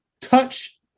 touch